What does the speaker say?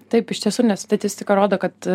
taip iš tiesų nes statistika rodo kad